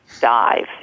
dive